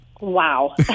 Wow